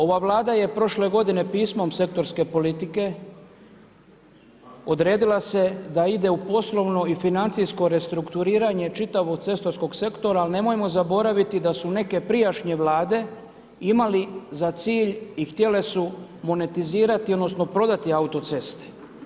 Ova vlada je prošle godine pismom sektorske politike odredila se da ide u poslovno i financijsko restrukturiranje čitavog cestarskog sektora, ali nemojmo zaboraviti da su neke prijašnje Vlade imali za cilj i htjele su monetizirati odnosno prodati autoceste.